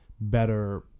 better